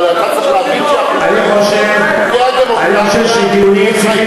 אבל אתה צריך להבין שחוקי הדמוקרטיה מחייבים